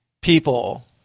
people